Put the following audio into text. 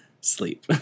sleep